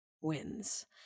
wins